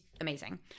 amazing